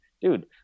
Dude